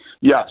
Yes